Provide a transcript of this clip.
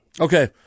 Okay